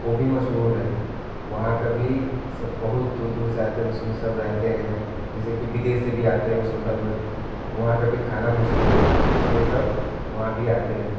वो भी मशहूर है वहाँ का भी सब बहुत दूर दूर से आते हैं उसमें सब रहते हैं जैसे कि विदेश से भी आते हैं उस होटल में वहाँ का भी खाना मशहूर है इसलिए सब वहाँ भी आते हैं